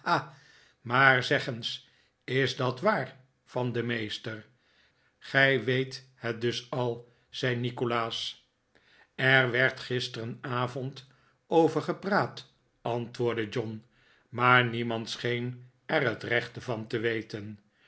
maar zeg eens is dat waar van den meester gij weet het dus al zei nikolaas er werd gisterenavond over gepraat antwoordde john maar niemand scheen er het rechte van te weten